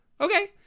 Okay